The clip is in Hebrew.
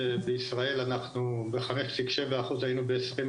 שבישראל אנחנו ב־5.7% היינו ב-2020,